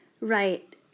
Right